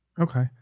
Okay